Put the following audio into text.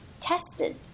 tested